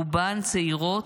רובן צעירות,